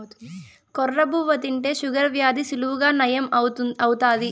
కొర్ర బువ్వ తింటే షుగర్ వ్యాధి సులువుగా నయం అవుతాది